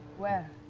where?